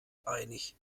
einig